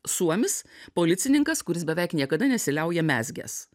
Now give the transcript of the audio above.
suomis policininkas kuris beveik niekada nesiliauja mezgęs